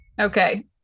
Okay